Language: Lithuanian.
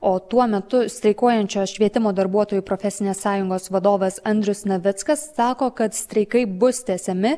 o tuo metu streikuojančios švietimo darbuotojų profesinės sąjungos vadovas andrius navickas sako kad streikai bus tęsiami